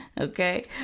Okay